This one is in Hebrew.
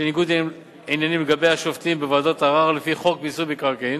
ניגוד עניינים לגבי השופטים בוועדות ערר לפי חוק מיסוי מקרקעין,